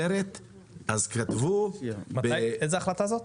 נצרת אז כתבו --- איזו החלטה זו?